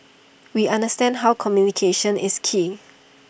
we understand how communication is key